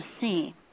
see